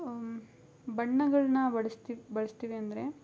ಬಣ್ಣಗಳನ್ನ ಬಳಸ್ತೀವಿ ಬಳಸ್ತೀವಿ ಅಂದರೆ